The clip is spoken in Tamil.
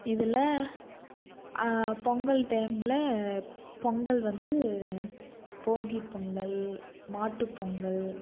இதில் பொங்கல் டைம்ல பொங்கல் வந்து போகி பொங்கல் மாட்டு பொங்கல்